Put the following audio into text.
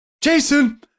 Jason